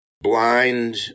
blind